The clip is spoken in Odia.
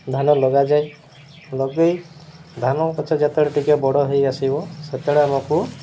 ଧାନ ଲଗାଯାଏ ଲଗାଇ ଧାନ ଗଛ ଯେତେବେଳେ ଟିକେ ବଡ଼ ହେଇଆସିବ ସେତେବେଳେ ଆମକୁ